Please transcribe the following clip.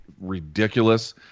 ridiculous